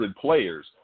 players